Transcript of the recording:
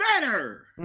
better